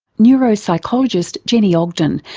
neuropsychologist jenni ogden,